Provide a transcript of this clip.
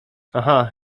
aha